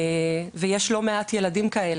ויש לא מעט ילדים כאלה.